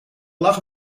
lachen